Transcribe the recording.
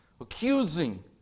accusing